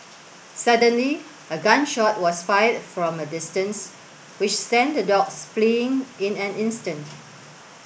suddenly a gun shot was fired from a distance which sent the dogs fleeing in an instant